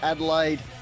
Adelaide